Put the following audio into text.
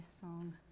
song